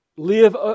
Live